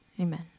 Amen